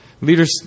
Leaders